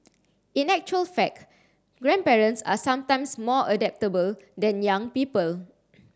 in actual fact grandparents are sometimes more adaptable than young people